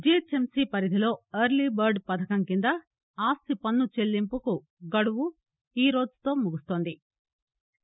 GHMC పరిధిలో early bird పథకం కింద ఆస్తి పన్ను చెల్లింపుకు గడువు ఈ రోజుతో ముగుస్తోంది